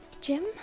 Jim